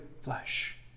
flesh